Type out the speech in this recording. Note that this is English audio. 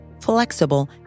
flexible